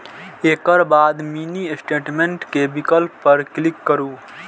एकर बाद mini statement के विकल्प पर क्लिक करू